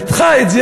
ופיתחה את זה,